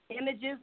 images